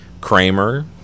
Kramer